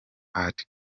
art